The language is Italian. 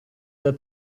del